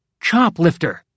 Choplifter